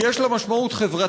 כי יש לה משמעות חברתית,